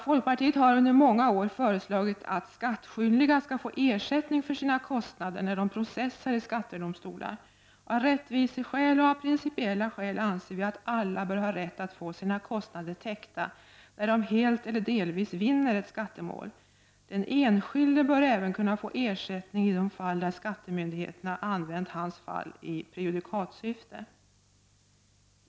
Folkpartiet har under många år föreslagit att skattskyldiga skall få ersättning för sina kostnader när de processar i skattedomstolar. Av rättviseskäl och av principiella skäl anser vi att alla bör ha rätt att få sina kostnader täckta när de helt eller delvis vinner ett skattemål. Den enskilde bör även kunna få ersättning i de fall där skattemyndigheterna använt hans fall i prejudikatssyfte.